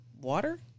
Water